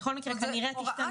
בכל מקרה, היא כנראה תשתנה.